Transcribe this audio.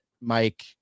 Mike